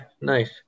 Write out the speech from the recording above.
nice